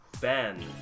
Ben